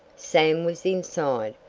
sam was inside,